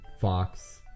Fox